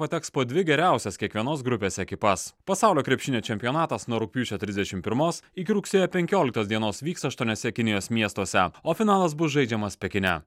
pateks po dvi geriausias kiekvienos grupės ekipas pasaulio krepšinio čempionatas nuo rugpjūčio trisdešim pirmos iki rugsėjo penkioliktos dienos vyks aštuoniuose kinijos miestuose o finalas bus žaidžiamas pekine